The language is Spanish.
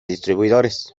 distribuidores